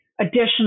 additional